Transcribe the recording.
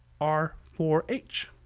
r4h